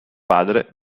padre